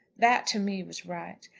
that to me was right.